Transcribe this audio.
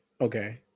Okay